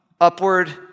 Upward